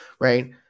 right